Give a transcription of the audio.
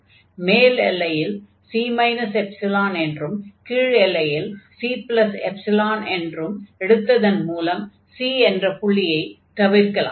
மேல் எல்லையில் c ϵ என்றும் கீழ் எல்லையில் cϵ என்றும் எடுத்ததன் மூலம் c என்ற புள்ளியைத் தவிர்க்கலாம்